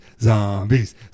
zombies